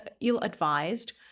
ill-advised